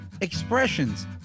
expressions